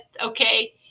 okay